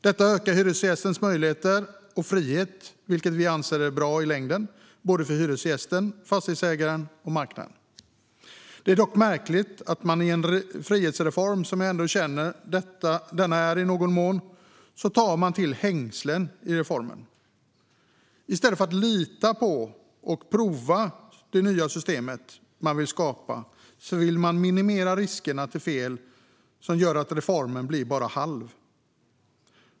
Det ökar hyresgästens möjligheter och frihet, vilket vi anser är bra i längden såväl för hyresgästen och fastighetsägaren som för marknaden. Det är dock märkligt att man i en frihetsreform, vilket jag ändå känner att detta i någon mån är, tar till hängslen. I stället för att lita på och prova det nya system man vill skapa vill man minimera riskerna för fel, vilket gör att det bara blir en halv reform.